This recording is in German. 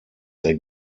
der